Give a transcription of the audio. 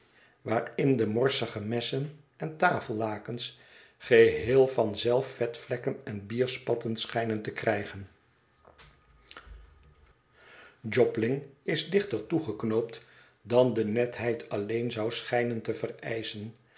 waarin de morsige messen en tafellakens geheel van zelf vetvlekken en bierspatten schijnen te krijgen jobling is dichter toegeknoopt dan de netheid alleen zou schijnen te